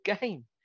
game